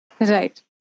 Right